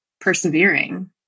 persevering